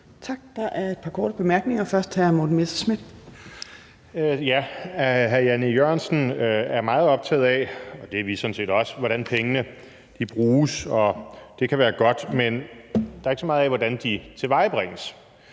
Tak. Der er et par korte bemærkninger. Først er det hr. Morten Messerschmidt. Kl. 14:33 Morten Messerschmidt (DF): Hr. Jan E. Jørgensen er meget optaget af – og det er vi sådan set også – hvordan pengene bruges. Det kan være godt. Men der er ikke så meget om, hvordan de tilvejebringes.